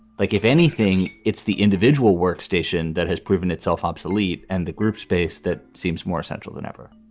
like, if anything, it's the individual workstation that has proven itself obsolete. and the group space that seems more central than ever.